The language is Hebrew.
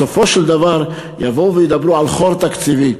בסופו של דבר יבואו וידברו על חור תקציבי.